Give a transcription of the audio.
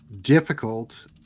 difficult